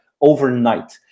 overnight